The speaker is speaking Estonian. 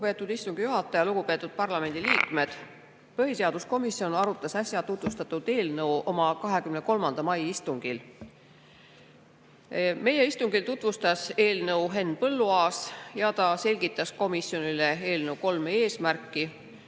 Lugupeetud istungi juhataja! Lugupeetud parlamendiliikmed! Põhiseaduskomisjon arutas äsja tutvustatud eelnõu oma 23. mai istungil. Meie istungil tutvustas eelnõu Henn Põlluaas ja ta selgitas komisjonile eelnõu kolme eesmärki